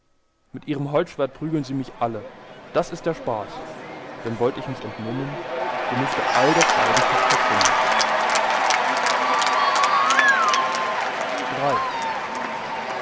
mit ihrem holzschwert prügeln sie mich alle das ist der spaß denn wollt ich mich entmummen so müßte all das galgenpack verstummen iii